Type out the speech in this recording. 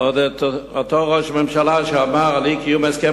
אותו ראש ממשלה שאמר על אי-קיום הסכם